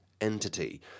entity